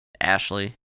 Ashley